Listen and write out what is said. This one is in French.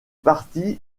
partie